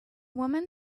woman